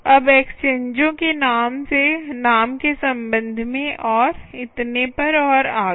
अब एक्सचेंजों के नाम के संबंध में और इतने पर और आगे